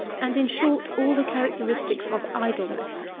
and, in short, all the characteristics of idleness,